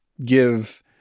give